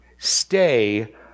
Stay